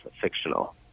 fictional